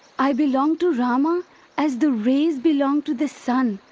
i belong to rama as the rays belong to the sun.